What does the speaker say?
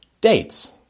dates